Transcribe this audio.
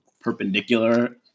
perpendicular